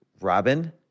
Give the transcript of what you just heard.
Robin